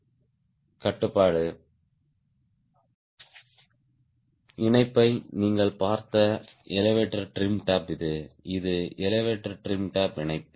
elevator trim tab கட்டுப்பாட்டு இணைப்பை நீங்கள் பார்த்த எலெவடோர் டிரிம் டேப் இது இது எலெவடோர் டிரிம் டேப் இணைப்பு